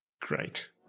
Great